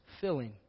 filling